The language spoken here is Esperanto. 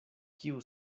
kiu